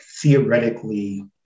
theoretically